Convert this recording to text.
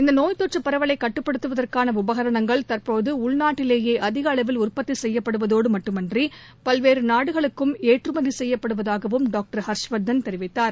இந்தநோய் தொற்றபரவலைகட்டுப்படுத்துவதற்காணஉபகரணங்கள் தற்போதுஉள்நாட்டிலேயேஅதிகஅளவில் உற்பத்திசெய்யப்படுவதோடுமட்டுமன்றிபல்வேறுநாடுகளுக்குஏற்றுமதிசெய்யப்படுவதாகவும் தெரிவித்தார்